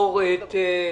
והלאה,